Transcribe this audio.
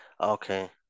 Okay